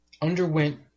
underwent